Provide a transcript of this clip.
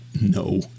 no